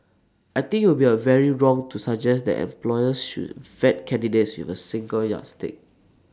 I think IT would be A very wrong to suggest that employers should vet candidates with A single yardstick